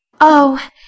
Oh